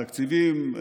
התקציבים,